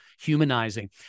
humanizing